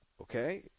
Okay